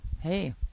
Hey